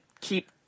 keep